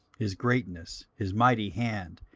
his greatness, his mighty hand,